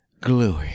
Gluey